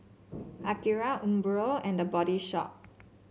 Akira Umbro and The Body Shop